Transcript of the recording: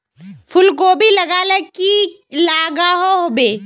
फूलकोबी लगाले की की लागोहो होबे?